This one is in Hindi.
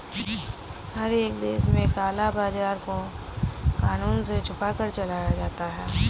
हर एक देश में काला बाजार को कानून से छुपकर चलाया जाता है